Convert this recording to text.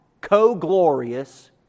co-glorious